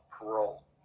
parole